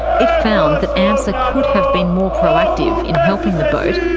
it found that amsa could have been more proactive in helping the boat,